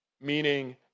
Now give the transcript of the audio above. Meaning